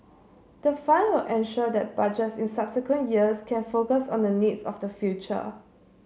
the fund will ensure that Budgets in subsequent years can focus on the needs of the future